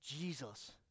Jesus